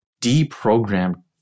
deprogrammed